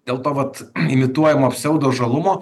dėl to vat imituojamo psiaudo žalumo